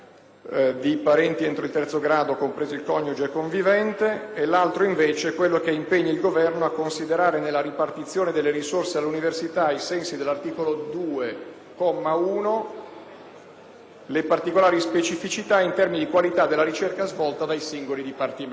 e i conviventi; il secondo impegna il Governo a considerare, nella ripartizione delle risorse all'università ai sensi dell'articolo 2, comma 1, le particolari specificità, in termini di qualità della ricerca svolta, di singoli dipartimenti. Sono due ordini del giorno che vanno ad aggiungersi